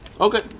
Okay